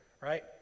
right